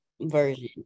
version